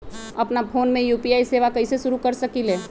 अपना फ़ोन मे यू.पी.आई सेवा कईसे शुरू कर सकीले?